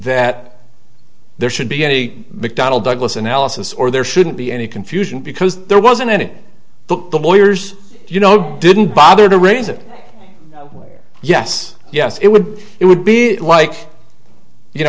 that there should be any mcdonnell douglas analysis or there shouldn't be any confusion because there wasn't in it but the lawyers you know didn't bother to raise it yes yes it would it would be like you